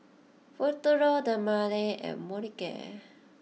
Futuro Dermale and Molicare